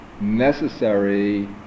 necessary